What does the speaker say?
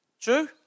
True